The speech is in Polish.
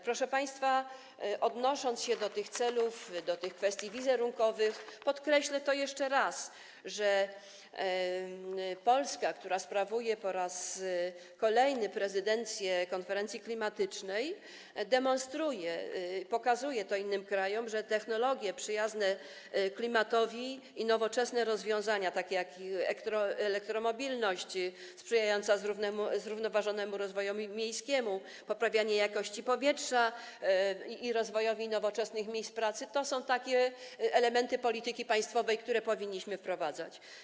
Proszę państwa, odnosząc się do tych celów, do tych kwestii wizerunkowych, podkreślę jeszcze raz, że Polska, która sprawuje po raz kolejny prezydencję w ramach konferencji klimatycznej, demonstruje, pokazuje innym krajom to, że technologie przyjazne klimatowi i nowoczesne rozwiązania, takie jak elektromobilność sprzyjająca zrównoważonemu rozwojowi miejskiemu, poprawie jakości powietrza i rozwojowi nowoczesnych miejsc pracy, to są takie elementy polityki państwowej, które powinniśmy wprowadzać.